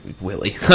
Willie